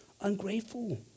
ungrateful